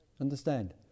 understand